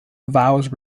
vows